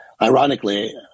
Ironically